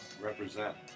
Represent